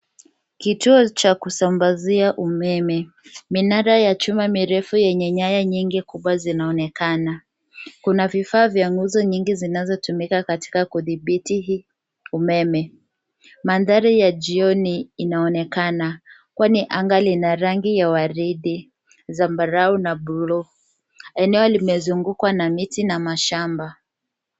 Kituo cha kusambazia umeme. Minara ya chuma mirefu yenye nyaya nyingi kubwa zinaonekana. Kuna vifaa vya nguzo nyingi zinazotumika katika kudhibiti umeme. Mandhari ya jioni inaonekana kwani rangi lina rangi ya waridi, zambarau na blue . Eneo limezungukwa na miti na mashamba.